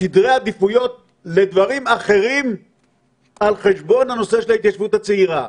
סדרי העדיפויות לדברים אחרים על חשבון הנושא של ההתיישבות הצעירה.